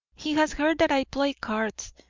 he has heard that i play cards,